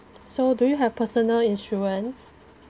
so do you have personal insurance